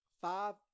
Five